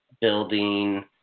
building